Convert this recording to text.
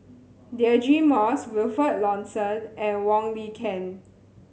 Deirdre Moss Wilfed Lawson and Wong Lin Ken